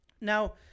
Now